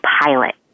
pilot